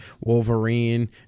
Wolverine